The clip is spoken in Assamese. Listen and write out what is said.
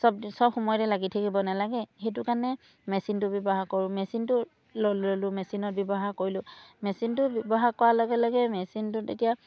চব চব সময়তে লাগি থাকিব নালাগে সেইটো কাৰণে মেচিনটো ব্যৱহাৰ কৰোঁ মেচিনটো ল'লোঁ মেচিনত ব্যৱহাৰ কৰিলোঁ মেচিনটো ব্যৱহাৰ কৰাৰ লগে লগে মেচিনটোত তেতিয়া